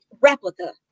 replica